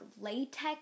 latex